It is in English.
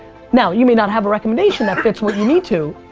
now you may not have a recommendation that fits what you need to,